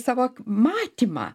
savo matymą